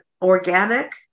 organic